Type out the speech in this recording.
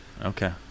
Okay